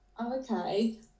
Okay